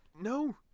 no